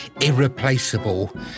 irreplaceable